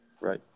right